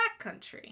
backcountry